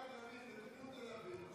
לכיוון תל אביב,